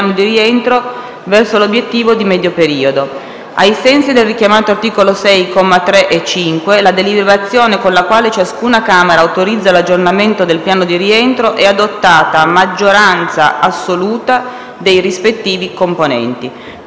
del piano di rientro verso l'obiettivo di medio periodo. Ai sensi del richiamato articolo 6, commi 3 e 5, la deliberazione con la quale ciascuna Camera autorizza l'aggiornamento del piano di rientro è adottata a maggioranza assoluta dei rispettivi componenti.